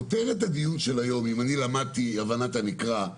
כותרת הדיון של היום אם למדתי הבנת הנקרא,